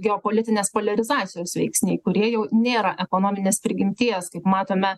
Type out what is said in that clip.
geopolitinės poliarizacijos veiksniai kurie jau nėra ekonominės prigimties kaip matome